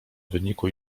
wyniku